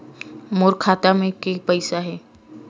मोर खाता म के पईसा हे?